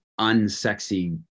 unsexy